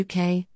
UK